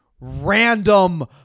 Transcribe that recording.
random